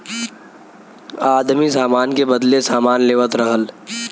आदमी सामान के बदले सामान लेवत रहल